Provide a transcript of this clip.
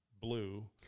blue